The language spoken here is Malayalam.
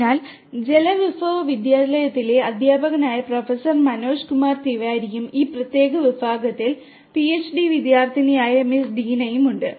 അതിനാൽ ജലവിഭവ വിദ്യാലയത്തിലെ അധ്യാപകനായ പ്രൊഫസർ മനോജ് കുമാർ തിവാരിയും ഈ പ്രത്യേക വിഭാഗത്തിൽ പിഎച്ച്ഡി വിദ്യാർത്ഥിനിയായ മിസ് ഡീനയുമുണ്ട്